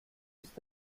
ist